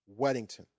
Weddington